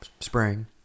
spring